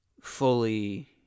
fully